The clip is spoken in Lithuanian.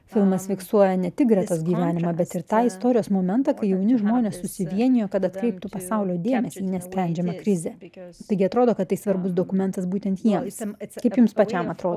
filmas fiksuoja ne tik gretos gyvenimą bet ir tą istorijos momentą kai jauni žmonės susivienijo kad atkreiptų pasaulio dėmesį į nesprendžiamą krizę taigi atrodo kad tai svarbus dokumentas būtent jiems kaip jums pačiam atrodo